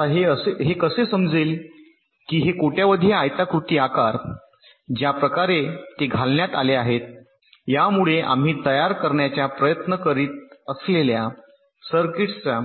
आता हे कसे समजेल की हे कोट्यावधी आयताकृती आकार ज्या प्रकारे ते घालण्यात आले आहेत यामुळे आम्ही तयार करण्याचा प्रयत्न करीत असलेल्या सर्किट्सच्या